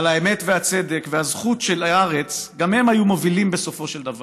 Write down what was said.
האמת והצדק והזכות על הארץ גם הם היו מובילים בסופו של דבר,